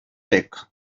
sec